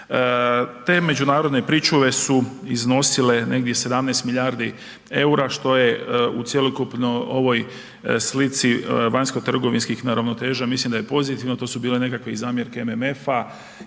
Te međunarodne pričuve su iznosile negdje 17 milijardi EUR-a što je u cjelokupnoj ovoj slici vanjskotrgovinskih neravnoteža, mislim da je pozitivno, to su bile nekakve i zamjerke MMF-a